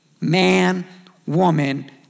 Man-woman